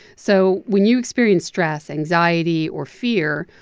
so when you experience stress, anxiety or fear,